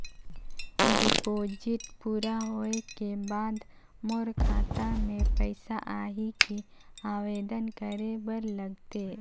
Deposit पूरा होय के बाद मोर खाता मे पइसा आही कि आवेदन करे बर लगथे?